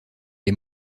est